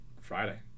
Friday